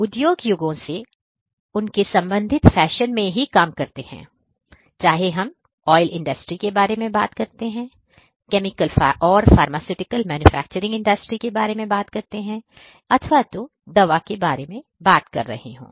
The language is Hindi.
उद्योग युगों से उनके संबंधित फैशन में काम कर रहे हैं चाहे हम ऑयल इंडस्ट्री के बारे में बात करते हैं केमिकल फार्मास्यूटिकल मैन्युफैक्चरिंग इंडस्ट्री या दवा के बारे में बात कर रहे हों